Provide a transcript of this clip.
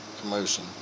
commotion